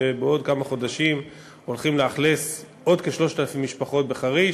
שבעוד כמה חודשים הולכים לשכן עוד כ-3,000 משפחות בחריש,